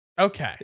Okay